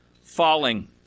falling